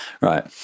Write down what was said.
Right